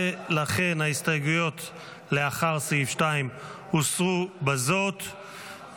לכן ההסתייגויות לאחר סעיף 2 הוסרו בזאת,